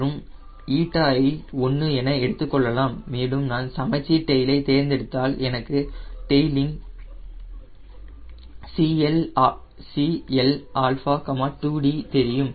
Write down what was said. மற்றும் η ஐ 1 என எடுத்துக்கொள்ளலாம் மேலும் நான் சமச்சீர் டெய்லை தேர்ந்தெடுத்தால் எனக்கு டெய்லின் Cl 2d தெரியும்